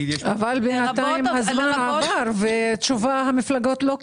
אבל בנתיים הזמן עבר ותשובה המפלגות לא קיבלו.